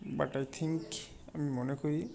but I think আমি মনে করি